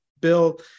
bill